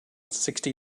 sixty